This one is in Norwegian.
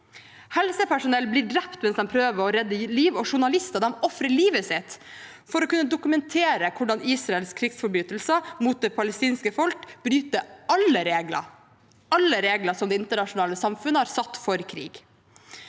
Helsepersonell blir drept mens de prøver å redde liv, og journalister ofrer livet sitt for å kunne dokumentere hvordan Israels krigsforbrytelser mot det palestinske folk bryter alle regler – alle regler som det internasjonale samfunnet har satt for krig.